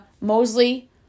Mosley